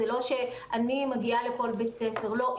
זה לא שאני מגיעה לכל בית ספר, לא.